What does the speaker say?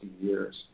years